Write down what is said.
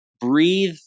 breathe